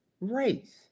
race